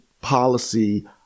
policy